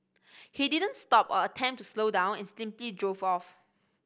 he didn't stop or attempt to slow down and simply drove off